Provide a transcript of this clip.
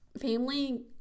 family